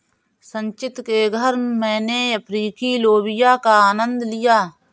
संचित के घर मैने अफ्रीकी लोबिया का आनंद लिया